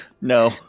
No